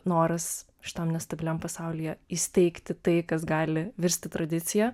noras šitam nestabiliam pasaulyje įsteigti tai kas gali virsti tradicija